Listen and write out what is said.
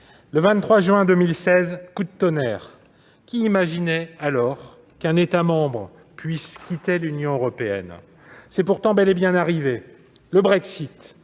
le 23 juin 2016, coup de tonnerre ! Qui imaginait alors qu'un État membre puisse quitter l'Union européenne ? C'est pourtant bel et bien arrivé ! Le Brexit